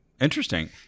interesting